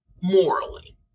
morally